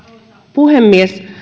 puhemies